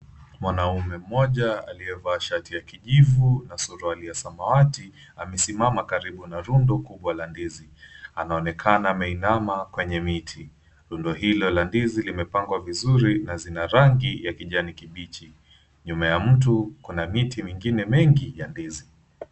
Mwanaume mmoja aliyevaa shati ya kijivu na suruali ya samawati amesimama karibu na rundo kubwa la ndizi. Anaonekana ameinama kwenye miti. Rundo hilo la ndizi limepangwa vizuri na zina rangi ya kijani kibichi. Nyuma ya mtu kuna miti mingine mengi ya ndizi.